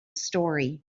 story